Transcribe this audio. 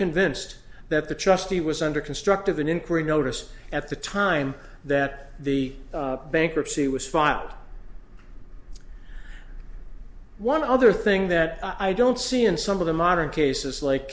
convinced that the trustee was under constructive an inquiry notice at the time that the bankruptcy was filed one other thing that i don't see in some of the modern cases like